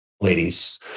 Ladies